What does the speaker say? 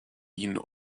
ihn